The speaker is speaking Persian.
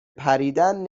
پریدن